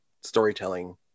storytelling